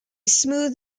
smooth